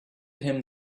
him